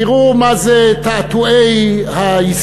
תראו מה זה תעתועי ההיסטוריה.